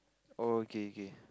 oh okay okay